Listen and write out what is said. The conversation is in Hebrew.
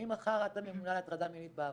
ממחר את הממונה על הטרדה מינית בעבודה.